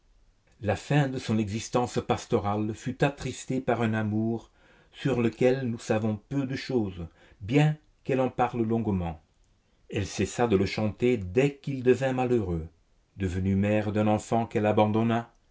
la fin de son existence pastorale fut attristée par un amour sur lequel nous savons peu de chose bien qu'elle en parle longuement elle cessa de le chanter dès qu'il devint malheureux devenue mère d'un enfant qu'elle abandonna